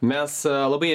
mes labai